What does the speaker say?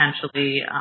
potentially